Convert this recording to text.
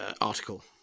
article